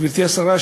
גברתי השרה,